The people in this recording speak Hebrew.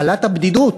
מחלת הבדידות,